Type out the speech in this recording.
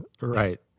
right